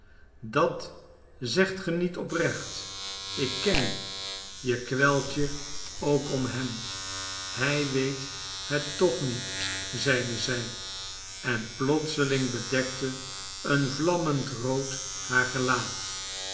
dat zegt ge niet oprecht ik ken u je kwelt je ook om hem hij weet het toch niet zeide zij en plotseling bedekte een vlammend rood haar gelaat